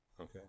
Okay